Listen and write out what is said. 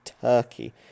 Turkey